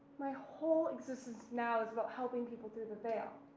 my whole existence now is about helping people through the veil,